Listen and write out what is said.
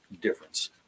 difference